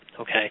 Okay